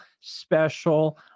special